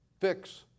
fix